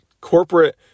corporate